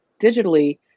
digitally